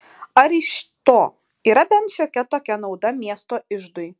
ar iš to yra bent šiokia tokia nauda miesto iždui